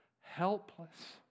helpless